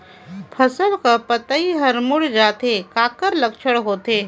फसल कर पतइ हर मुड़ जाथे काकर लक्षण होथे?